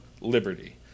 liberty